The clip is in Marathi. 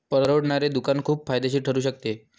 परवडणारे दुकान खूप फायदेशीर ठरू शकते